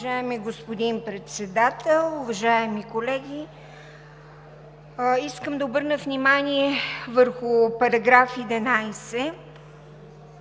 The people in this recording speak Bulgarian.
Уважаеми господин Председател, уважаеми колеги! Искам да обърна внимание върху § 11,